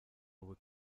ubu